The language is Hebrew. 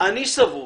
אני סבור